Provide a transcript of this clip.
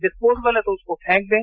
disposable है तो उसको फेंक दें